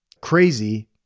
crazy